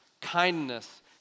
kindness